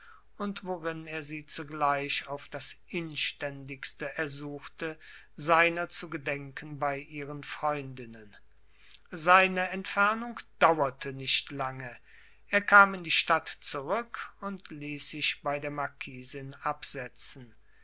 und worin er sie zugleich auf das inständigste ersuchte seiner zu gedenken bei ihren freundinnen seine entfernung dauerte nicht lange er kam in die stadt zurück und ließ sich bei der marquisin absetzen